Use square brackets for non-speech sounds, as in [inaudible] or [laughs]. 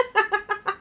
[laughs]